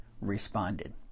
responded